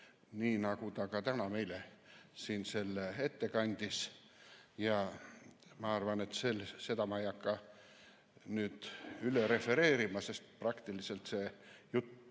nii nagu ta ka täna meile siin selle ette kandis. Ma arvan, et seda ma ei hakka refereerima, sest praktiliselt oli see jutt